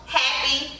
happy